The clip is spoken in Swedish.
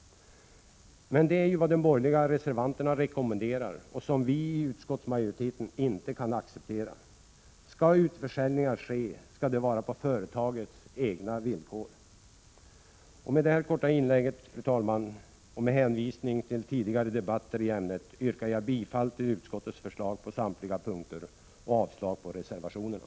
Det är vad de borgerliga reservanterna rekommenderar, men det kan vi i utskottsmajoriteten inte acceptera. Skall utförsäljningar ske skall det vara på företagets egna villkor. Med detta korta inlägg, fru talman, och med hänvisning till tidigare debatter i ämnet yrkar jag bifall till utskottets förslag på samtliga punkter och avslag på reservationerna.